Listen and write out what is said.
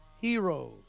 heroes